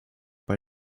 bei